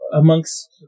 amongst